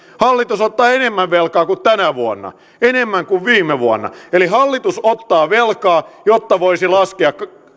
hallitus ottaa enemmän velkaa kuin tänä vuonna ja enemmän kuin viime vuonna eli hallitus ottaa velkaa jotta voisi laskea